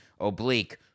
oblique